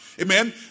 Amen